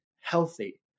healthy